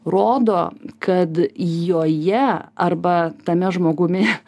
rodo kad joje arba tame žmogumi